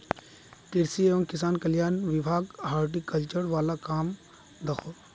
कृषि एवं किसान कल्याण विभाग हॉर्टिकल्चर वाल काम दखोह